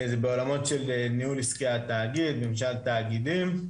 זה בעולמות של ניהול עסקי התאגיד, ממשל תאגידים,